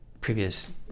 previous